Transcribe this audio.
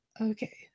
Okay